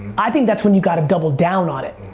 i think that's when you gotta double down on it.